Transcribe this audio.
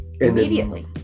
Immediately